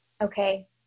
okay